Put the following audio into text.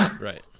Right